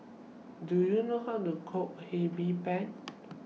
Do YOU know How to Cook Hee Pan